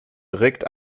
direkt